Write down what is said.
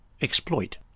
exploit